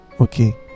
okay